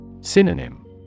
Synonym